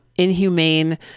inhumane